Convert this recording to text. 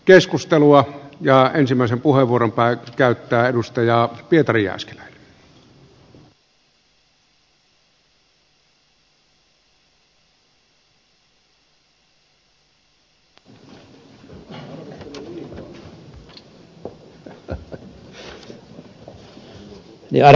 keskustelua ja ensimmäisen puheenvuoron pää käyttää edustaja arvoisa puhemies